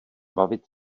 bavit